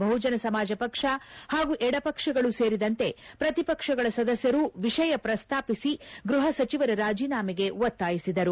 ಬಹುಜನ ಸಮಾಜ ಪಕ್ಷ ಹಾಗೂ ಎಡಪಕ್ಷಗಳು ಸೇರಿದಂತೆ ಪ್ರತಿಪಕ್ಷಗಳ ಸದಸ್ಯರು ವಿಷಯ ಪ್ರಸ್ತಾಪಿಸಿ ಗ್ಲಹ ಸಚಿವರ ರಾಜೀನಾಮೆಗೆ ಒತ್ತಾಯಿಸಿದರು